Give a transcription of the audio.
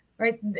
Right